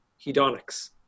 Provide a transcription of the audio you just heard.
hedonics